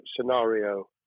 scenario